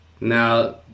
Now